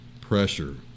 pressure